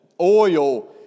oil